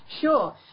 Sure